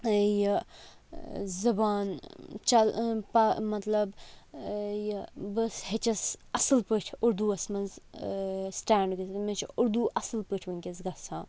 یہِ زَبان چَل مَطلَب یہِ بہٕ ہیٚچٔس اَصٕل پٲٹھۍ اُردوس منٛز سِٹینٛڈ گٔژھِتھ مےٚ چھِ اُردو اَصٕل پٲٹھۍ وُنکیٚس گژھان